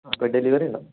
അപ്പം ഡെലിവറി ഉണ്ടോ